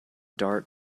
dart